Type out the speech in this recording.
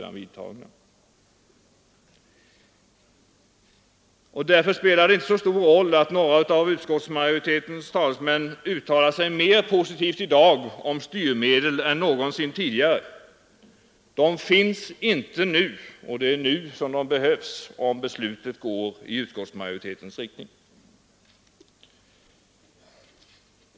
Därför spelar det inte så stor roll att några av utskottsmajoritetens talesmän uttalar sig mer positivt i dag om styrmedel än någonsin tidigare. De finns inte nu, och det är nu de behövs, om beslutet går i utskottsmajoritetens riktning.